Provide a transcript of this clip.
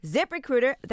ZipRecruiter